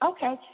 Okay